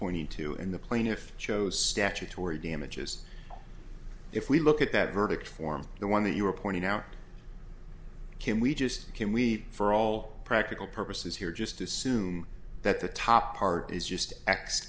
pointed to in the plaintiff shows statutory damages if we look at that verdict form the one that you were pointing out can we just can we for all practical purposes here just assume that the top part is just